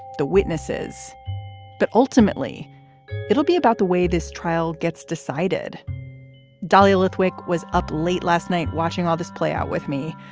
the witnesses but ultimately it'll be about the way this trial gets decided dahlia lithwick was up late last night watching all this play out with me.